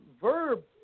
Verb